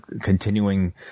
continuing